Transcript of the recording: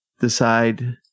decide